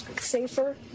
safer